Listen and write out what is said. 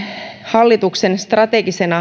hallituksen strategisena